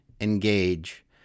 engage